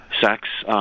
sex